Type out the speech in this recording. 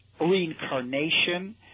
reincarnation